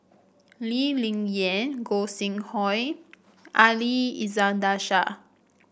Lee Ling Yen Gog Sing Hooi Ali Iskandar Shah